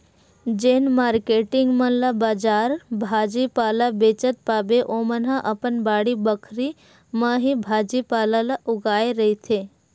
जेन मारकेटिंग मन ला बजार भाजी पाला बेंचत पाबे ओमन ह अपन बाड़ी बखरी म ही भाजी पाला ल उगाए रहिथे